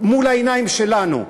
מול העיניים שלנו.